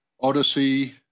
Odyssey